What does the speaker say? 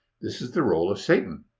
this is the role of satan.